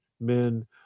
men